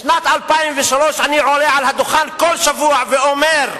משנת 2003 אני עולה על הדוכן כל שבוע ואומר: